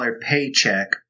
paycheck